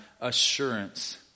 assurance